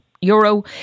euro